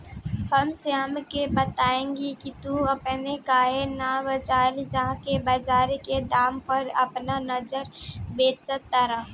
हम श्याम के बतएनी की तू अपने काहे ना बजार जा के बजार के दाम पर आपन अनाज बेच तारा